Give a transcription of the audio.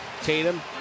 Tatum